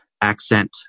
accent